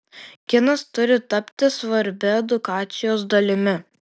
kinas turi tapti svarbia edukacijos dalimi